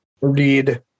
read